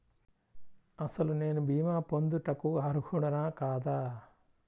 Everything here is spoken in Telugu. అసలు నేను భీమా పొందుటకు అర్హుడన కాదా?